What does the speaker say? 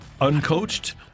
uncoached